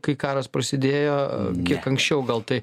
kai karas prasidėjo kiek anksčiau gal tai